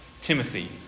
Timothy